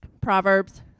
Proverbs